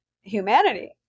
humanity